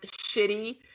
shitty